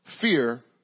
Fear